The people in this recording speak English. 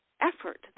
effort